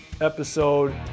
episode